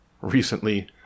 recently